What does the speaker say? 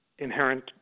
inherent